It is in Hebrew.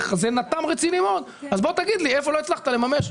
בעיה רצינית מאוד ולכן בוא תגיד לי איפה לא הצלחת לממש.